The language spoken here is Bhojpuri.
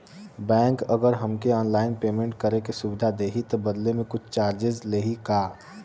बैंक अगर हमके ऑनलाइन पेयमेंट करे के सुविधा देही त बदले में कुछ चार्जेस लेही का?